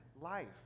life